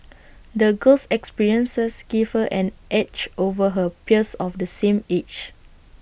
the girl's experiences gave her an edge over her peers of the same age